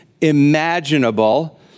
imaginable